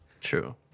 true